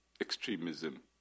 extremism